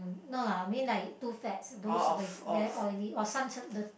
no lah I mean like too fats those with very oily or some churn the